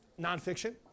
nonfiction